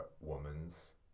woman's